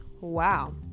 Wow